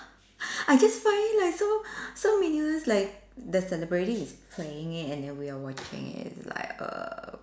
I just find it like so so meaningless like the celebrity is playing it and we are watching it like err